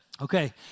Okay